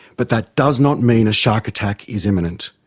but that does not mean a shark attack is imminent.